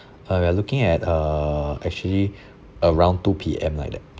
uh we are looking at uh actually around two P_M like that